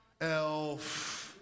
Elf